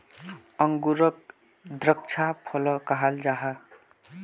अन्गूरोक द्राक्षा फलो कहाल जाहा